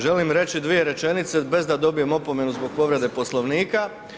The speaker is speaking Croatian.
Želim reći dvije rečenice bez da dobijem opomenu zbog povrede Poslovnika.